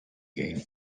gain